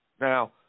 Now